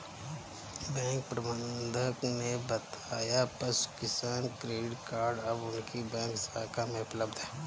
bank प्रबंधक ने बताया पशु किसान क्रेडिट कार्ड अब उनकी बैंक शाखा में उपलब्ध है